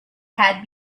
had